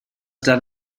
that